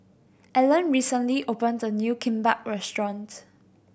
Ellen recently opened a new Kimbap Restaurant